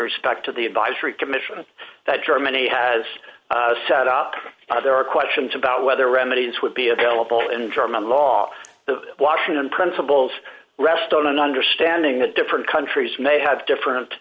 respect to the advisory commission that germany has set up there are questions about whether remedies would be available in german law the washington principles rest on an understanding of different countries may have different